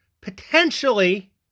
potentially